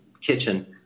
kitchen